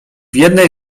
jednej